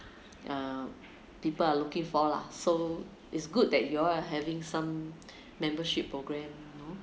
uh people are looking for lah so it's good that you all are having some membership program